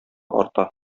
арта